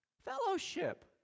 fellowship